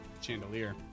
chandelier